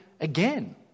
again